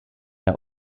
der